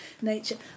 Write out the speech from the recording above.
nature